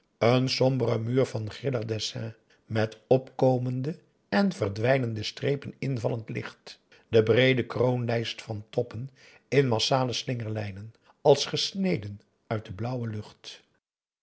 een sombere muur van grillig dessin met opkomende en verdwijnende strepen invallend licht de breede kroonlijst van toppen in massale slingerlijnen als gesneden uit de blauwe lucht